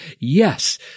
yes